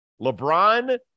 LeBron